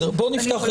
בוא נפתח סבב.